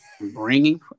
bringing